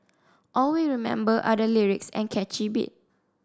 all we remember are the lyrics and catchy beat